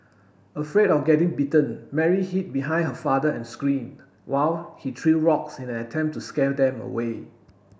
afraid of getting bitten Mary hid behind her father and scream while he threw rocks in an attempt to scare them away